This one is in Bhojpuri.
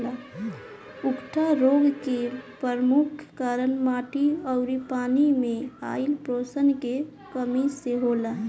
उकठा रोग के परमुख कारन माटी अउरी पानी मे आइल पोषण के कमी से होला